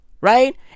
Right